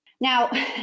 Now